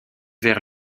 vers